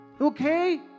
Okay